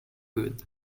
good